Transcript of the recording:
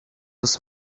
was